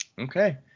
Okay